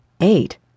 Eight